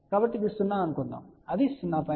కాబట్టి ఇది 0 అని అనుకుందాం అది 0